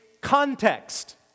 context